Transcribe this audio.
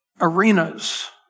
arenas